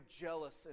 jealous